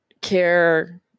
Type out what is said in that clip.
Care